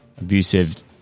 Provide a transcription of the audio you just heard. abusive